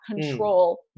control